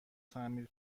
تعمیر